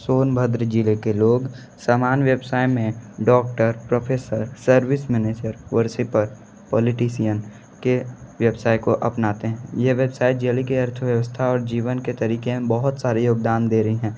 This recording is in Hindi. सोनभद्र ज़िले के लोग सामान व्यवसाय में doctor professor service manager worshipper politician के व्यवसाय को अपनाते हैं ये व्यवसाय डेली के अर्थव्यवस्था और जीवन के तरीक़े में बहुत सारे योगदान दे रही हैं